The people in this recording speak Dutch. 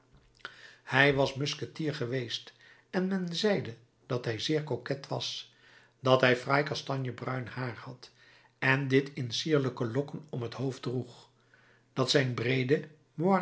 hij was musketier geweest en men zeide dat hij zeer coquet was dat hij fraai kastanjebruin haar had en dit in sierlijke lokken om het hoofd droeg dat zijn breede